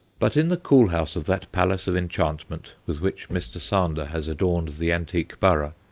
but in the cool house of that palace of enchantment with which mr. sander has adorned the antique borough,